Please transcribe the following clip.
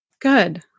Good